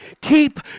Keep